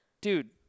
dude